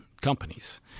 companies